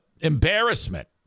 embarrassment